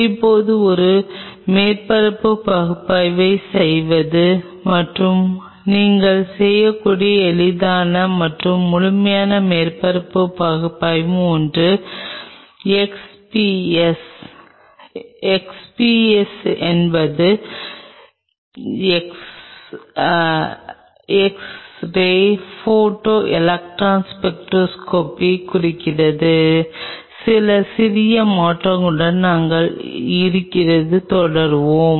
இப்போது ஒரு மேற்பரப்பு பகுப்பாய்வைச் செய்வது மற்றும் நீங்கள் செய்யக்கூடிய எளிதான மற்றும் முழுமையான மேற்பரப்பு பகுப்பாய்வுகளில் ஒன்று எக்ஸ்பிஎஸ் எக்ஸ்பிஎஸ் XPS என்பது எக்ஸ் ரே ஃபோட்டோ எலக்ட்ரான் ஸ்பெக்ட்ரோஸ்கோபியைக் குறிக்கிறது சில சிறிய மாற்றங்களுடன் நாங்கள் இங்கிருந்து தொடருவோம்